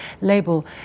label